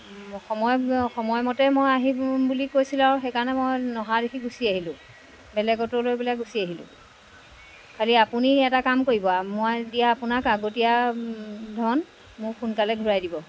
সময় সময়মতে মই আহিম বুলি কৈছিলে আৰু সেইকাৰণে মই নহা দেখি গুচি আহিলোঁ বেলেগ অ'টো লৈ পেলাই গুচি আহিলোঁ খালি আপুনি এটা কাম কৰিব মই দিয়া আপোনাক আগতীয়া ধন মোক সোনকালে ঘূৰাই দিব